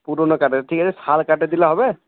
পুরোনো কাঠের ঠিক আছে শাল কাঠের দিলে হবে